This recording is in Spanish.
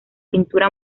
pintura